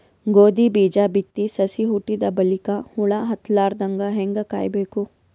ಗೋಧಿ ಬೀಜ ಬಿತ್ತಿ ಸಸಿ ಹುಟ್ಟಿದ ಬಲಿಕ ಹುಳ ಹತ್ತಲಾರದಂಗ ಹೇಂಗ ಕಾಯಬೇಕು?